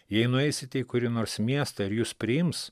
jei nueisite į kurį nors miestą ir jus priims